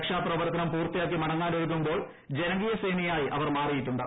രക്ഷാപ്രവർത്തനം പൂർത്തിയാക്കി മടങ്ങാനൊരുങ്ങുമ്പോൾ ജനകീയസേനയായി അവർ മാറിയിട്ടുണ്ട്